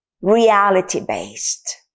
reality-based